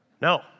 No